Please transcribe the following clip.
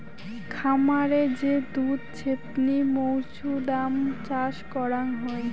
খামারে যে দুধ ছেপনি মৌছুদাম চাষ করাং হই